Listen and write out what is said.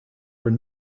were